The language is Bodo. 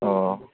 अह